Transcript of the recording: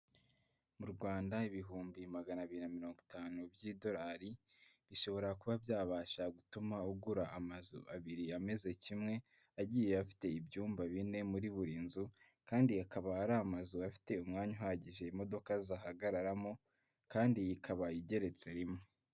Mu Rwanda ibihumbi magana abiri na mirongo itanu by'idolari, bishobora kuba byabasha gutuma ugura amazu abiri ameze kimwe, agiye afite ibyumba bine muri buri nzu kandi hakaba hari amazu afite umwanya uhagije imodoka zihagararamo, kandi ikaba igeretse rimwe.